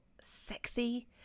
sexy